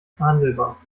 verhandelbar